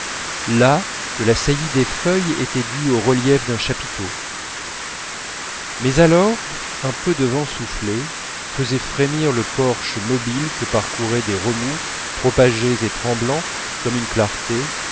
là que la saillie des feuilles était due au relief d'un chapiteau mais alors un peu de vent soufflait faisait frémir le porche mobile que parcouraient des remous propagés et tremblants comme une clarté